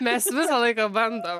mes visą laiką bandom